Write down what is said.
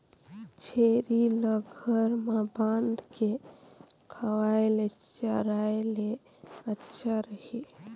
छेरी ल घर म बांध के खवाय ले चराय ले अच्छा रही?